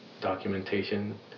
documentation